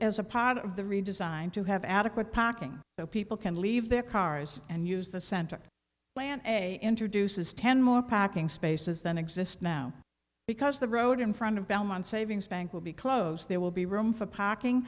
as a part of the redesign to have adequate packing so people can leave their cars and use the center plan a introduces ten more packing spaces that exist now because the road in front of belmont savings bank will be closed there will be room for packing